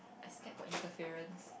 I scared got interference